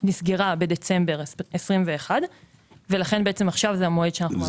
נסגרה בדצמבר 2021 ולכן עכשיו זה המועד שאנחנו מעבירים.